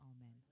Amen